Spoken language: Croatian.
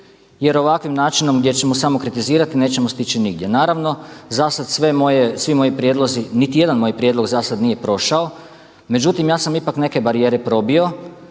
Jer ovakvim načinom gdje ćemo samo kritizirati nećemo stići nigdje. Naravno, za sad svi moji prijedlozi, niti jedan moj prijedlog za sad nije prošao. Međutim, ja sam ipak neke barijere probio,